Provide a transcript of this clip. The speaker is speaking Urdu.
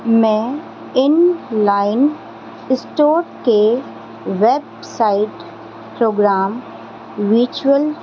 میں ان لائن اسٹور کے ویب سائٹ پروگرام ورچول